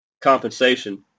compensation